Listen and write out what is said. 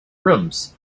rooms